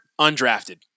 undrafted